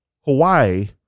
Hawaii